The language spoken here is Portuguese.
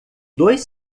dois